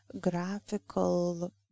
graphical